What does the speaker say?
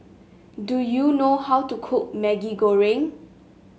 do you know how to cook Maggi Goreng